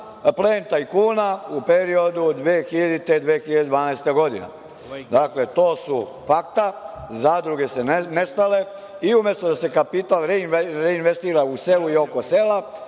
plen tajkuna u periodu od 2000.-2012. godine. Dakle, to su fakta, zadruge su nestale i umesto da se kapital reinvestira u selu i oko sela,